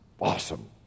Awesome